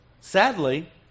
Sadly